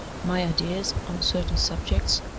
my ideas on certain subjects